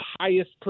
highest